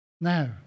Now